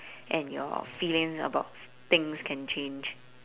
and your feelings about s~ things can change